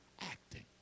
acting